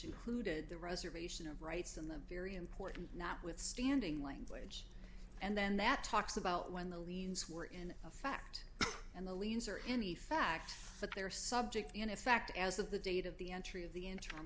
included the reservation of rights in the very important notwithstanding language and then that talks about when the liens were in effect and the liens or any fact that they're subject in effect as of the date of the entry of the interim